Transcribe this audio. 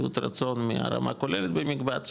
שביעות רצון מהרמה הכוללת במקבץ,